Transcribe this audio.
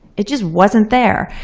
it just wasn't there.